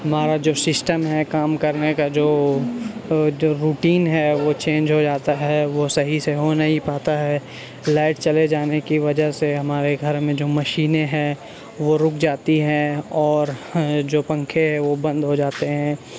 ہمارا جو سسٹم ہے کام کرنے کا جو جو روٹین ہے وہ چینج ہو جاتا ہے وہ صحیح سے ہو نہیں پاتا ہے لائٹ چلے جانے کی وجہ سے ہمارے گھر میں جو مشینیں ہیں وہ رک جاتی ہیں اور جو پنکھے ہیں وہ بند ہو جاتے ہیں